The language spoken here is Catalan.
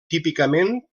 típicament